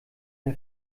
der